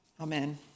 Amen